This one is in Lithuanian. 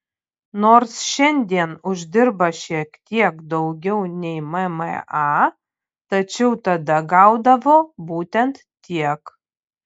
nors šiandien uždirba šiek tiek daugiau nei mma tačiau tada gaudavo būtent tiek